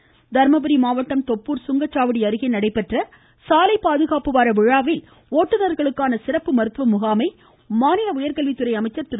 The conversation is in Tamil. அன்பழகன் தர்மபுரி மாவட்டம் தொப்பூர் சுங்கச்சாவடி அருகே நடைபெற்ற சாலை பாதுகாப்பு வார விழாவில் ஒட்டுநர்களுக்கான சிறப்பு மருத்துவ முகாமை மாநில உயர்கல்வித்துறை அமைச்சர் திரு